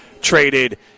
traded